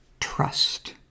Trust